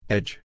Edge